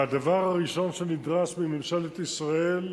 והדבר הראשון שנדרש מממשלת ישראל,